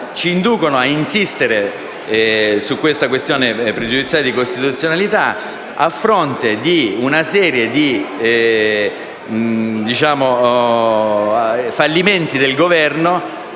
ci inducono ad insistere sulla questione pregiudiziale di costituzionalità a fronte di una serie di fallimenti del Governo.